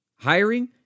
Hiring